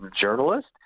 journalist